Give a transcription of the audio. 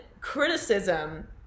criticism